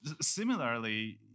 Similarly